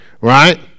right